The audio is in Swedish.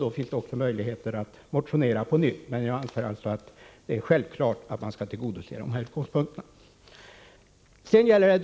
Det kommer att finnas möjligheter att motionera på nytt. Jag anser alltså att man självfallet skall tillgodose de här gruppernas behov.